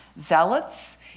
zealots